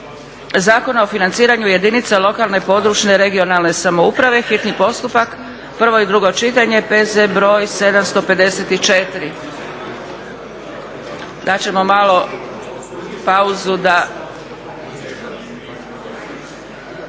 Zakona o financiranju jedinica lokalne, područne i regionalne samouprave, hitni postupak, prvo i drugo čitanje, P.Z. br. 754. Rasprava o tekstu zakona